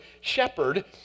shepherd